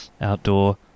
outdoor